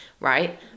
right